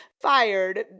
fired